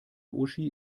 uschi